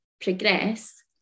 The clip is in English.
progress